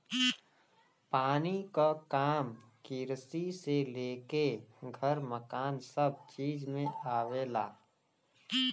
पानी क काम किरसी से लेके घर मकान सभ चीज में आवेला